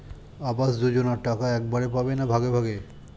আবাস যোজনা টাকা একবারে পাব না ভাগে ভাগে?